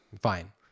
fine